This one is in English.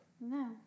No